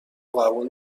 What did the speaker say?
قبول